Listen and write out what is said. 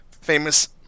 famous